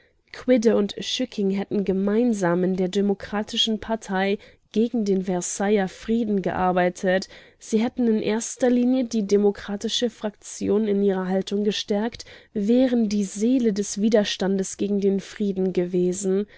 quidde und schücking hätten gemeinsam in der demokratischen partei gegen den versailler frieden gearbeitet sie hätten in erster linie die demokratische fraktion in ihrer haltung gestärkt wären die seele des widerstandes gegen den frieden gewesen